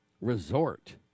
Resort